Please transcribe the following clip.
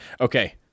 Okay